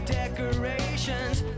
decorations